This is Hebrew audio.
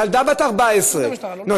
ילדה בת 14 נוסעת,